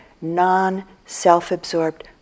non-self-absorbed